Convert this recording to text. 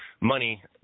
money